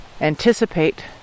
anticipate